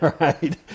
Right